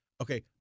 Okay